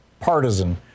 partisan